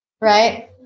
Right